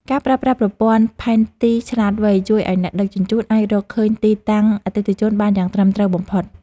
ការប្រើប្រាស់ប្រព័ន្ធផែនទីឆ្លាតវៃជួយឱ្យអ្នកដឹកជញ្ជូនអាចរកឃើញទីតាំងអតិថិជនបានយ៉ាងត្រឹមត្រូវបំផុត។